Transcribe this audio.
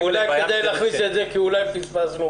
אולי כדאי להכניס את זה כי אולי פספסנו משהו.